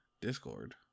discord